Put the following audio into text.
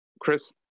Chris